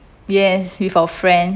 yes with our friend